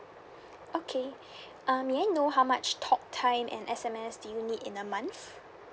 okay uh may I know how much talk time and S_M_S do you need in a month